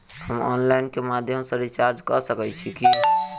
हम ऑनलाइन केँ माध्यम सँ रिचार्ज कऽ सकैत छी की?